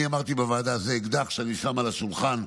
אני אמרתי בוועדה: זה אקדח שאני שם על השולחן,